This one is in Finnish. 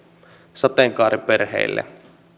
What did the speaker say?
sateenkaariperheille